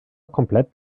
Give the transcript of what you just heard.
komplett